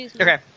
Okay